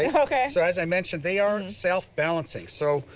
yeah okay. so, as i mentioned, they are self-balancing. so,